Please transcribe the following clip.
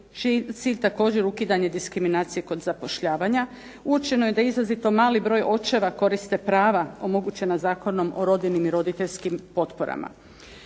cilj također ukidanje diskriminacije kod zapošljavanja, uočeno je da izrazito mali broj očeva koriste prava omogućena Zakonom o rodiljnim i roditeljskim potporama.